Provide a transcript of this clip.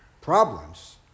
problems